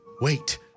Wait